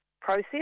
process